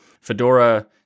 Fedora